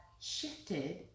shifted